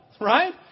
right